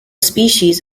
species